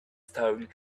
stone